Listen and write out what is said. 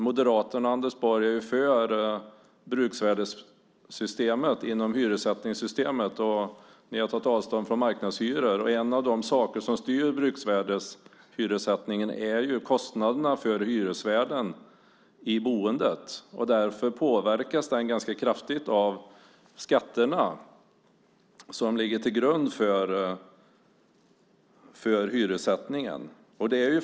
Moderaten Anders Borg är ju för bruksvärdessystemet inom hyressättningssystemet, och ni har också tagit avstånd från marknadshyror. En av de saker som styr bruksvärdeshyressättningen är kostnaderna för hyresvärden vad gäller boendet. Dessa påverkas ganska kraftigt av de skatter som ligger till grund för hyressättningen.